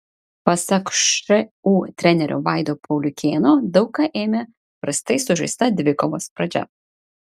pasak šu trenerio vaido pauliukėno daug ką lėmė prastai sužaista dvikovos pradžia